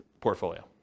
portfolio